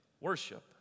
worship